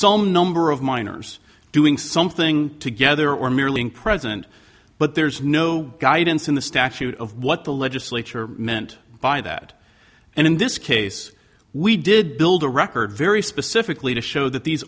some number of minors doing something together or merely in president but there's no guidance in the statute of what the legislature meant by that and in this case we did build a record very specifically to show that these